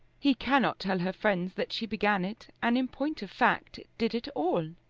he cannot tell her friends that she began it, and in point of fact did it all.